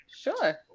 Sure